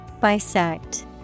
bisect